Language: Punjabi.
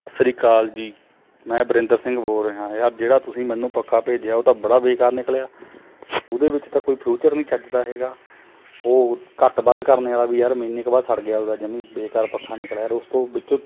ਸਤਿ ਸ਼੍ਰੀ ਅਕਾਲ ਜੀ ਮੈਂ ਬਰਿੰਦਰ ਸਿੰਘ ਬੋਲ ਰਿਹਾ ਯਾਰ ਜਿਹੜਾ ਤੁਸੀਂ ਮੈਨੂੰ ਪੱਖਾ ਭੇਜਿਆ ਉਹ ਤਾਂ ਬੜਾ ਬੇਕਾਰ ਨਿਕਲਿਆ ਉਹਦੇ ਵਿੱਚ ਤਾਂ ਕੋਈ ਫਿਊਚਰ ਨਹੀਂ ਚੱਜ ਦਾ ਹੈਗਾ ਉਹ ਘੱਟ ਵੱਧ ਕਰਨੇ ਵਾਲਾ ਵੀ ਯਾਰ ਮਹੀਨੇ ਕੁ ਬਾਅਦ ਸੜ ਗਿਆ ਉਹਦਾ ਜਮ੍ਹਾ ਹੀ ਬੇਕਾਰ ਪੱਖਾ ਨਿਕਲਿਆ ਉਸ ਤੋਂ ਵਿੱਚੋਂ